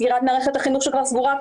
סגירת מערכת החינוך שכבר סגורה.